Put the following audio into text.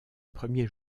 premier